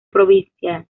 provincial